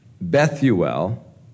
Bethuel